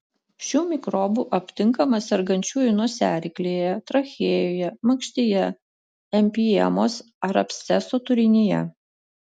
šių mikrobų aptinkama sergančiųjų nosiaryklėje trachėjoje makštyje empiemos ar absceso turinyje